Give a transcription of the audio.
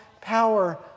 power